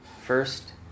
first